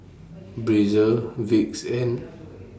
Breezer Vicks and